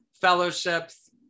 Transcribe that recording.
fellowships